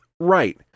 Right